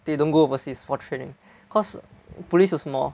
they don't go overseas for training cause police is small